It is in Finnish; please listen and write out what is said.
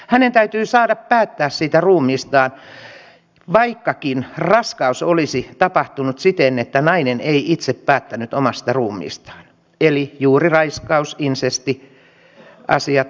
hänen täytyy saada päättää siitä ruumiistaan vaikkakin raskaus olisi tapahtunut siten että nainen ei itse päättänyt omasta ruumiistaan eli juuri raiskauksessa insesti asioissa